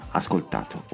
ascoltato